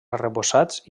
arrebossats